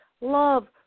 Love